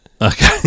Okay